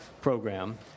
program